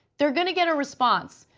they are going to get a response.